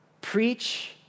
preach